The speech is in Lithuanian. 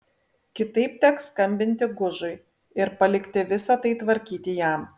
kitaip teks skambinti gužui ir palikti visa tai tvarkyti jam